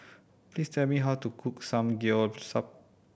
please tell me how to cook Samgeyopsal